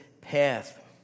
path